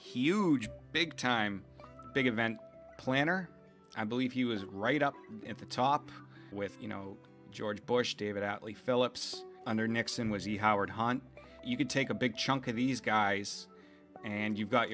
huge big time big event planner i believe he was right up at the top with you know george bush david atlee phillips under nixon was he howard hunt you could take a big chunk of these guys and you've got